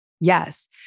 Yes